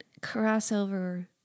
crossover